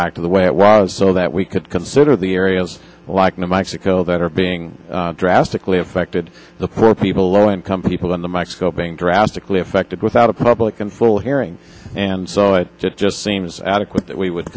back to the way it was so that we could consider the areas like new mexico that are being drastically affected the poor people low income people in the mexico being drastically affected without a public and full hearing and so it just seems adequate that we would